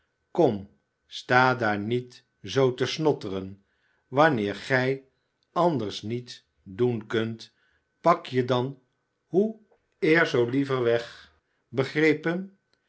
kom sta daar niet zoo te snotteren wanneer gij anders niet doen kunt pak je dan hoe eer zoo liever weg begrepen